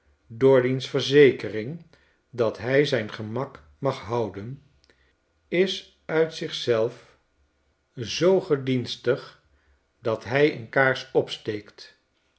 door diens verzekering dat hij zijn gemak mag houden is uit zich zelf zoo gedienstig dat hij een kaars opsteekt